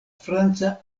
franca